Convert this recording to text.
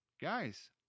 Guys